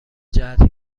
جهت